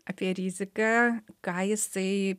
apie riziką ką jisai